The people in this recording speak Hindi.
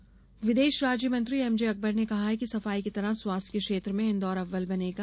अस्पताल उद्घाटन विदेश राज्यमंत्री एमजेअकबर ने कहा है कि सफाई की तरह स्वास्थ्य के क्षेत्र में इन्दौर अव्वल बनेगा